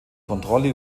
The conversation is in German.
kontrolle